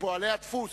פועלי הדפוס,